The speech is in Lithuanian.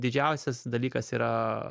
didžiausias dalykas yra